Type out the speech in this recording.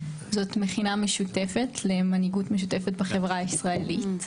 זאת מכינה משותפת למנהיגות משותפת בחברה הישראלית.